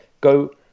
go